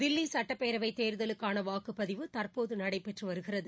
தில்லி சட்டப்பேரவைத் தேர்தலுக்கான வாக்குப்பதிவு தற்போது நடைபெற்று வருகிறது